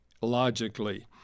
logically